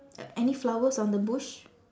uh any flowers on the bush